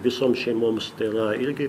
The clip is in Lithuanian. visoms šeimoms tai yra irgi